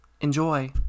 enjoy